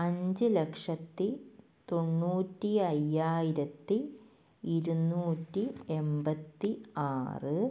അഞ്ച് ലക്ഷത്തി തൊണ്ണൂറ്റി അയ്യായിരത്തി ഇരുനൂറ്റി എൺപത്തി ആറ്